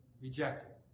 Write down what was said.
Rejected